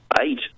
eight